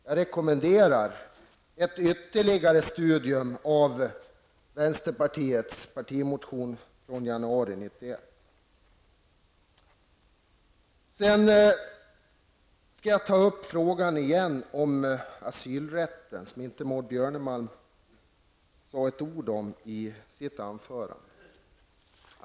Jag rekommenderar ett ytterligare studium av vänsterpartiets partimotion från januari 1991. Maud Björnemalm nämnde inte ett ord i sitt anförande om asylrätten.